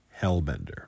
Hellbender